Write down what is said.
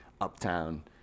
Uptown